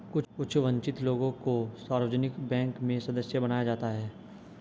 कुछ वन्चित लोगों को सार्वजनिक बैंक में सदस्य बनाया जाता है